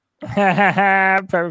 perfect